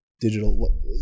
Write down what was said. digital